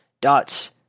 Dots